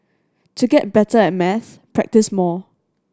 to get better at maths practise more